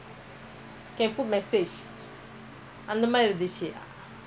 what is that அப்பதான்நான்ரொம்பபடிக்கலையே:apathaan naan romba padikkalayee